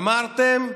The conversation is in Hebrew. אמרתם: